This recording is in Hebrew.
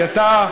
כי אתה,